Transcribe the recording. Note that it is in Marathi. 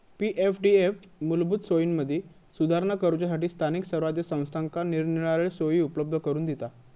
पी.एफडीएफ मूलभूत सोयींमदी सुधारणा करूच्यासठी स्थानिक स्वराज्य संस्थांका निरनिराळे सोयी उपलब्ध करून दिता